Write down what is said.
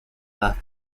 left